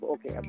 Okay